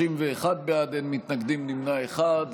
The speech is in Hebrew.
31 בעד, אין מתנגדים, נמנע אחד.